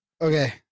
Okay